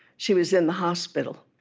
she was in the hospital